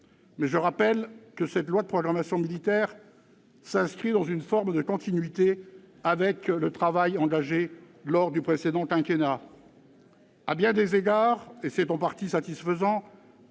Mais je rappelle que cette loi de programmation militaire s'inscrit dans une forme de continuité avec le travail engagé sous le précédent quinquennat. À bien des égards, et c'est en partie satisfaisant,